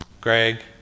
Greg